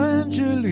Angeles